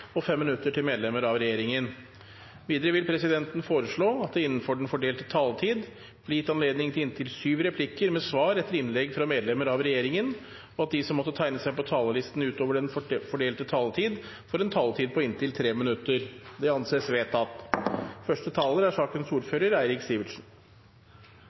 inntil fem replikker med svar etter innlegg fra medlemmer av regjeringen, og at de som måtte tegne seg på talerlisten utover den fordelte taletid, får en taletid på inntil 3 minutter. – Det anses vedtatt. Det har vært lærerikt og interessant å være saksordfører for min første